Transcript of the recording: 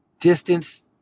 distance